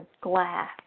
glass